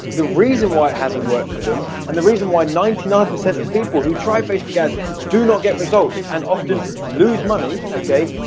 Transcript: the reason why it hasn't worked for them and the reason why? ninety nine percent of people who try facebook ads do not get results and often lose money, okay?